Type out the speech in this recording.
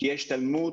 שתהיה השתלמות,